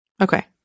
Okay